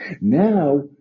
Now